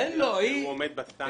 יקבע שהוא עומד בסטנדרט.